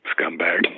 scumbag